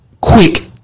quick